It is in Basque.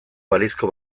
balizko